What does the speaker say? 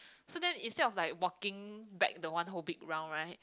so then instead of like walking back the one whole big round right